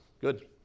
good